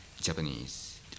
Japanese